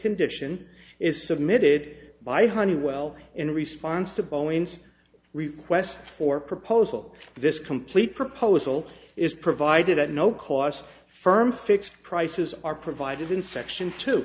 condition is submitted by honeywell in response to boeing's request for proposal this complete proposal is provided at no cost firm fixed prices are provided in section t